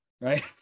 Right